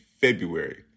February